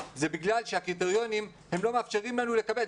זה בגלל שהקריטריונים לא מאפשרים לנו לקבל,